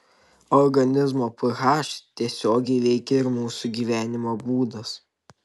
organizmo ph tiesiogiai veikia ir mūsų gyvenimo būdas